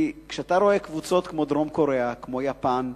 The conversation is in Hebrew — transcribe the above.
כי כשאתה רואה קבוצות כמו דרום-קוריאה, כמו יפן,